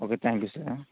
okay thank you sir